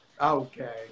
Okay